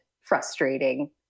frustrating